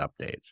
updates